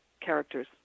characters